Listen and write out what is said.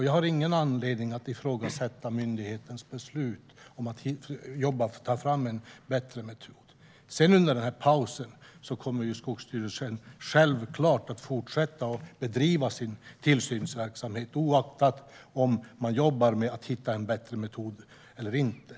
Jag har ingen anledning att ifrågasätta myndighetens beslut om att ta fram en bättre metod. Under denna paus kommer Skogsstyrelsen självklart att fortsätta bedriva sin tillsynsverksamhet oavsett om man jobbar med att hitta en bättre metod eller inte.